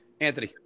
Anthony